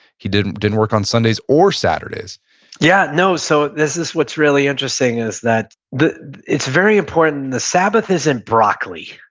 he didn't didn't work on sundays or saturdays yeah, no, so this this what's really interesting is that, it's very important, and the sabbath isn't broccoli.